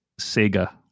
Sega